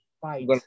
fight